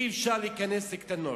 אי-אפשר להיכנס לקטנות.